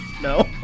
No